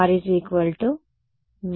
విద్యార్థి అవును